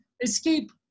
escape